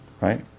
right